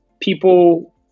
people